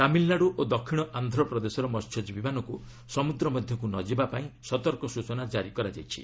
ତାମିଲ୍ନାଡୁ ଓ ଦକ୍ଷିଣ ଆନ୍ଧ୍ରପ୍ରଦେଶର ମହ୍ୟଜୀବୀମାନଙ୍କୁ ସମୁଦ୍ର ମଧ୍ୟକୁ ନ ଯିବାପାଇଁ ସତର୍କ ସୂଚନା ଜାରି କରାଯାଇଛି